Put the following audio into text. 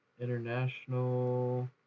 international